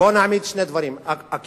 בוא נעמיד שני דברים: א.